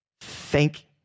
Thank